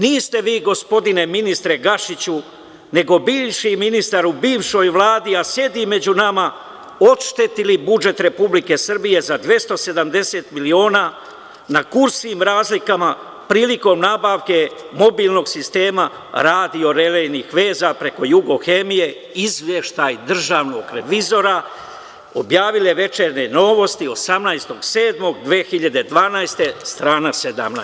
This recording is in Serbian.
Niste vi, gospodine ministre Gašiću, nego bivši ministar u bivšoj Vladi, a sedi među nama, oštetili budžet Republike Srbije za 270 miliona na kursnim razlikama prilikom nabavke mobilnog sistema radio-relejnih veza preko „Jugohemije“, izveštaj državnog revizora, objavile „Večernje Novosti“ 18. jula 2012. godine, strana 17.